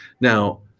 Now